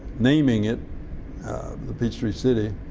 naming it the peachtree city.